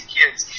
kids